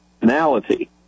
finality